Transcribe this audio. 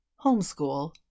homeschool